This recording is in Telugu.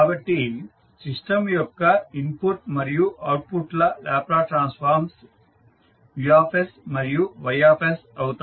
కాబట్టి సిస్టం యొక్క ఇన్పుట్ మరియు అవుట్పుట్ ల లాప్లాస్ ట్రాన్స్ఫార్మ్ U మరియు Y అవుతాయి